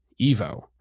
evo